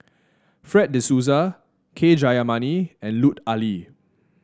Fred De Souza K Jayamani and Lut Ali